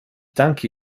danke